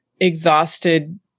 exhausted